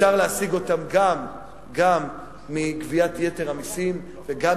אפשר להשיג אותם גם מגביית יתר המסים וגם